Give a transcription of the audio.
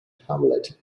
hamlet